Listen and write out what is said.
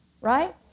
right